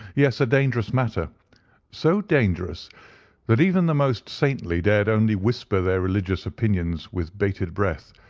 yes, a dangerous matteraeur so dangerous that even the most saintly dared only whisper their religious opinions with bated breath,